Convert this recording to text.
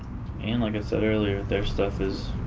and like i said earlier their stuff is,